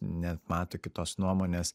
nemato kitos nuomonės